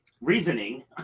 reasoning